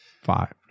five